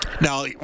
Now